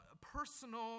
personal